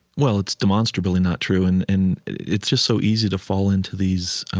well, it's demonstrably not true. and and it's just so easy to fall into these